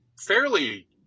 fairly